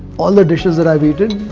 all the dishes that i've eaten,